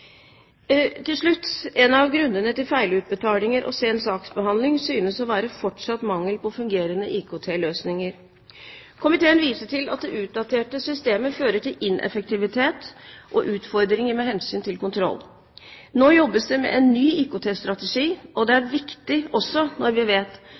Til slutt: En av grunnene til feilutbetalinger og sen saksbehandling synes å være fortsatt mangel på fungerende IKT-løsninger. Komiteen viser til at det utdaterte systemet fører til ineffektivitet og utfordringer med hensyn til kontroll. Nå jobbes det med en ny IKT-strategi. Det er viktig, også når vi vet